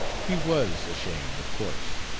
he was ashamed, of course.